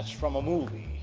from a movie,